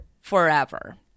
forever